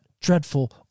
dreadful